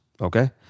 okay